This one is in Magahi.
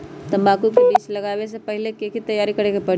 तंबाकू के बीज के लगाबे से पहिले के की तैयारी करे के परी?